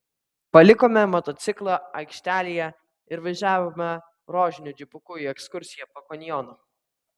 palikome motociklą aikštelėje ir važiavome rožiniu džipuku į ekskursiją po kanjoną